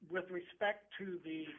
with respect to the